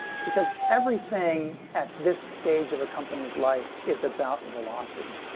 because everything at this stage of a company's life is about velocity.